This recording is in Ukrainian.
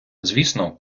звісно